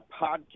podcast